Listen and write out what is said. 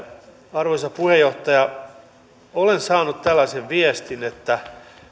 arvoisa puheenjohtaja olen saanut tällaisen viestin että